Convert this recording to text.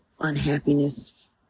unhappiness